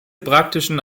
praktischen